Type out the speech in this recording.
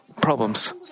problems